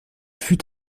fut